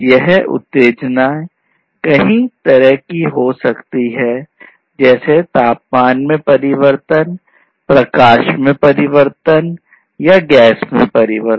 यह उत्तेजना तापमान में परिवर्तन प्रकाश मे परिवर्तन हो सकता है या गैस में परिवर्तन